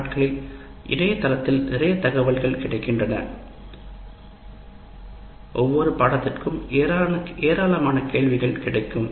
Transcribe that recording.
இந்த நாட்களில் இணையதளத்தில் நிறைய தகவல்கள் கிடைக்கின்றன ஒவ்வொரு பாடத்திற்கும் ஏராளமான கேள்விகள் கிடைக்கும்